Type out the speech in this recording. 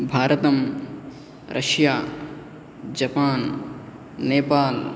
भारतं Russia Japan Nepal